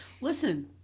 Listen